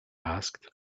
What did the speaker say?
asked